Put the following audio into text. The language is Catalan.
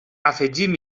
afegim